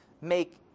make